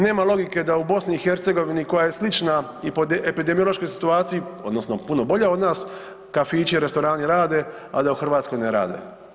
Nema logike da u BiH koja se slična i po epidemiološkoj situaciji odnosno puno bolja od nas kafići i restorani rade, a da u Hrvatskoj ne rade.